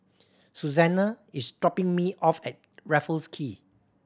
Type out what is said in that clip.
Susana is dropping me off at Raffles Quay